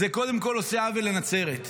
זה קודם כול עושה עוול לנצרת.